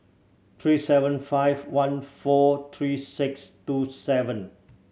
three seven five one four three six two seven